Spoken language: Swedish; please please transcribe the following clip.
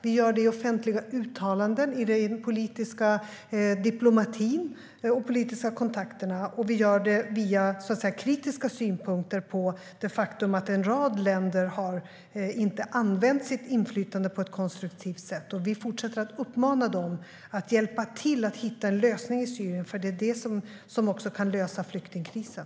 Vi gör det i offentliga uttalanden, i den politiska diplomatin och i de politiska kontakterna. Och vi gör det via, så att säga, kritiska synpunkter i fråga om det faktum att en rad länder inte har använt sitt inflytande på ett konstruktivt sätt. Vi fortsätter att uppmana dem att hjälpa till att hitta en lösning i Syrien, för det är det som också kan lösa flyktingkrisen.